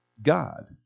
God